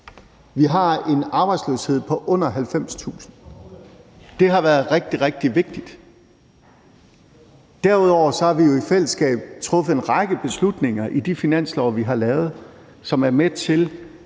Vi har en arbejdsløshed på under 90.000. Det har været rigtig, rigtig vigtigt. Derudover har vi jo i fællesskab truffet en række beslutninger i de finanslove, vi har lavet, som er med til